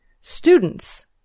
Students